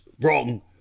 wrong